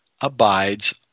abides